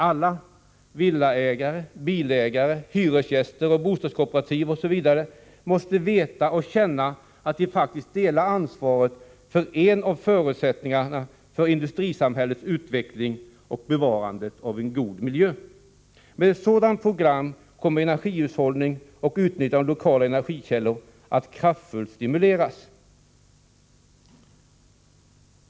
Alla — villaägare, bilägare, hyresgäster, bostadskooperativ, osv. — måste veta och känna att de faktiskt delar ansvaret för en av förutsättningarna för industrisamhällets utveckling, bevarandet av en god miljö. Med ett sådant program kommer energihushållning och utnyttjande av lokala energikällor att kraftfullt stimuleras.